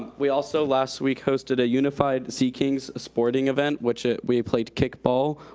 we also, last week, hosted a unified sea kings sporting event, which we played kickball.